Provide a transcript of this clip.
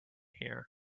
here